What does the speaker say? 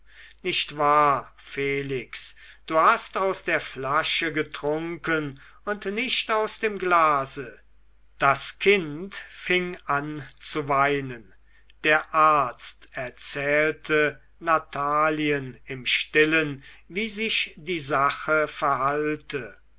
nicht wahr felix du hast aus der flasche getrunken und nicht aus dem glase das kind fing an zu weinen der arzt erzählte natalien im stillen wie sich die sache verhalte